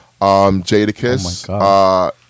Jadakiss